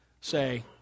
say